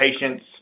patient's